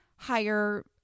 higher